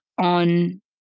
on